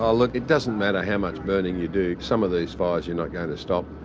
ah look it doesn't matter how much burning you do. some of these fires you're not going to stop.